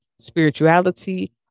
spirituality